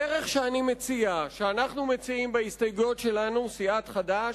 הדרך שאנחנו מציעים בהסתייגויות שלנו, סיעת חד"ש,